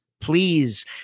please